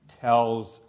tells